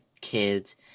kids